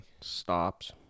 stops